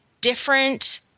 different